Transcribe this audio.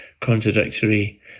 contradictory